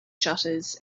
shutters